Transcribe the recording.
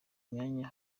imyanya